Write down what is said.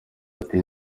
ati